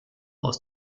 aus